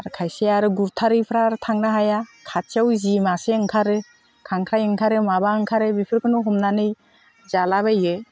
आरो खायसेया आरो गुरथारैफ्रा आरो थांनो हाया खाथियाव जि मासे ओंखारो खांख्राइ ओंखारो माबा ओंखारो बेफोरखौनो हमनानै जालाबायो